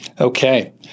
okay